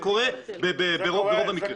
זה קורה ברוב המקרים.